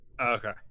Okay